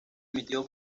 emitido